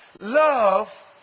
Love